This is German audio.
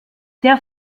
der